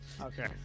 Okay